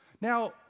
Now